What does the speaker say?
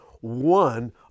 one